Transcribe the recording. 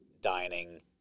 dining